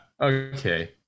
okay